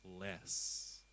less